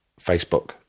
facebook